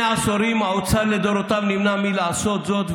זה שני עשורים האוצר לדורותיו נמנע מלעשות זאת,